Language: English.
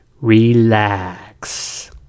Relax